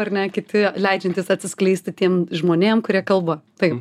ar ne kiti leidžiantys atsiskleisti tiem žmonėm kurie kalba taip